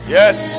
yes